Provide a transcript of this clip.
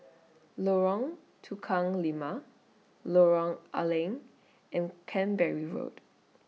Lorong Tukang Lima Lorong A Leng and Canberra Road